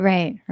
Right